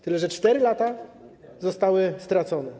Tyle że 4 lata zostały stracone.